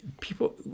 people